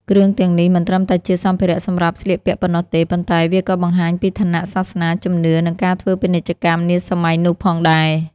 គ្រឿងទាំងនេះមិនត្រឹមតែជាសម្ភារៈសម្រាប់ស្លៀកពាក់ប៉ុណ្ណោះទេ ប៉ុន្តែវាក៏បង្ហាញពីឋានៈ សាសនា ជំនឿ និងការធ្វើពាណិជ្ជកម្មនាសម័យនោះផងដែរ។